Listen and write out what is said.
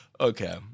Okay